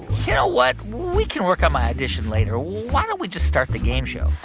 you know what? we can work on my audition later. why don't we just start the game show?